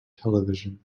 television